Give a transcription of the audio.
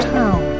town